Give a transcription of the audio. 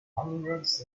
hundreds